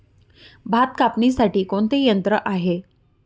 भात कापणीसाठी कोणते यंत्र आहे?